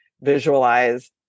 visualize